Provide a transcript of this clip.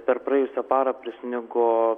per praėjusią parą prisnigo